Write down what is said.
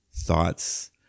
thoughts